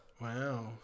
Wow